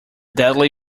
deadly